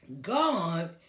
God